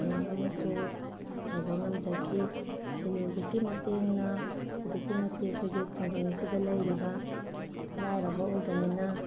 ꯃꯌꯥꯝ ꯑꯃꯁꯨ ꯇꯧꯕ ꯉꯝꯖꯈꯤ ꯁꯦꯜꯐ ꯍꯦꯜꯞ ꯒ꯭ꯔꯨꯞꯀꯤ ꯃꯇꯦꯡꯅ ꯑꯗꯨꯛꯀꯤ ꯃꯇꯤꯛ ꯑꯩꯈꯣꯏꯒꯤ ꯈꯨꯡꯒꯪꯁꯤꯗ ꯂꯩꯔꯤꯕ ꯂꯥꯏꯔꯕ ꯑꯣꯏꯕꯅꯤꯅ